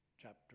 Chapter